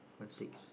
five six